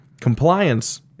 Compliance